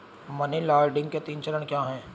Money laundering के तीन चरण क्या हैं?